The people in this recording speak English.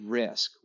risk